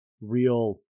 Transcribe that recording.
real